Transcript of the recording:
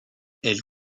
elle